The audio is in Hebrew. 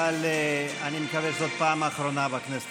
אבל אני מקווה שזו הפעם האחרונה בכנסת